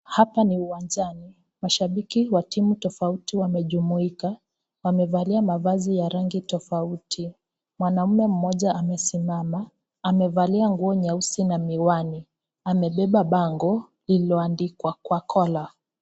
Hapa ni uwanjani, mashabiki wa timu tofauti wamejumuika, wamevalia mavazi ya rangi tofauti, mwanaume mmoja amesimama amevalia nguo nyeusi na miwani, amebeba bango iliyoandikwa kwa kola.